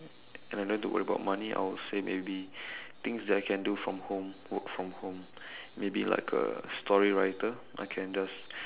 and I don't have to worry about money I would say maybe things that I can do from home work from home maybe like a story writer I can just